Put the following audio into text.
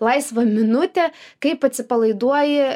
laisvą minutę kaip atsipalaiduoji